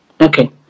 Okay